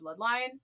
bloodline